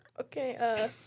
Okay